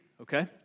okay